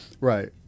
Right